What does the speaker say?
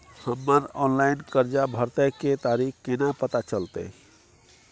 हमर ऑनलाइन कर्जा भरै के तारीख केना पता चलते?